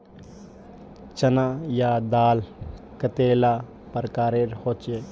चना या दाल कतेला प्रकारेर होचे?